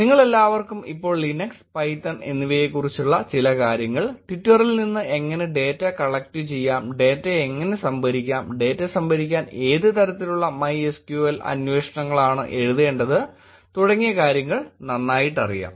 നിങ്ങളെല്ലാവർക്കും ഇപ്പോൾ Linux Python എന്നിവയെക്കുറിച്ചുള്ള ചില കാര്യങ്ങൾ ട്വിറ്ററിൽ നിന്ന് എങ്ങനെ ഡേറ്റ കളക്ട് ചെയ്യാം ഡേറ്റ എങ്ങനെ സംഭരിക്കാംഡേറ്റ സംഭരിക്കാൻ ഏത് തരത്തിലുള്ള MySQL അന്വേഷണങ്ങളാണ് എഴുതേണ്ടത് തുടങ്ങിയ കാര്യങ്ങൾ നന്നായിട്ടറിയാം